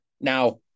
Now